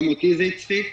גם אותי זה הטריד.